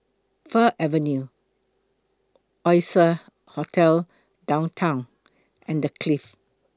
Fir Avenue Oasia Hotel Downtown and The Clift